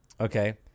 Okay